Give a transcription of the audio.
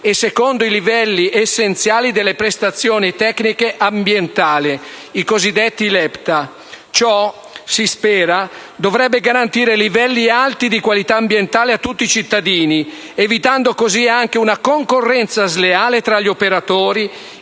e secondo i livelli essenziali delle prestazioni tecniche ambientali (LEPTA). Ciò - si spera - dovrebbe garantire alti livelli di qualità ambientale a tutti i cittadini, evitando così anche una concorrenza sleale tra gli operatori,